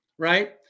Right